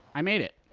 i made it!